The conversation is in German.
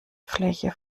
fläche